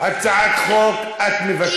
חברת הכנסת נורית קורן, בכל הצעת חוק את מוותרת.